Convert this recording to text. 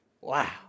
wow